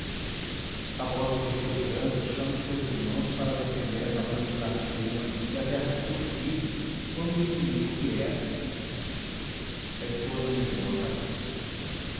a voz do guerreiro branco chama seus irmãos para defender a cabana de iracema e a terra de seu filho quando o inimigo vier a esposa meneou a cabeça